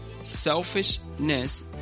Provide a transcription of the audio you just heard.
selfishness